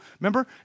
remember